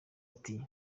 ati